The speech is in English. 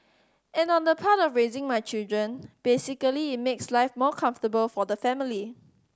and on the part of raising my children basically it makes life more comfortable for the family